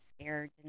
scared